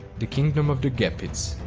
the kingdom of the gepids.